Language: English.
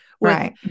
Right